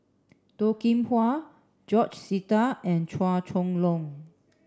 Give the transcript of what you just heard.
Toh Kim Hwa George Sita and Chua Chong Long